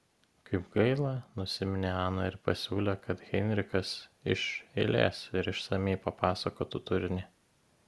kaip gaila nusiminė ana ir pasiūlė kad heinrichas iš eilės ir išsamiai papasakotų turinį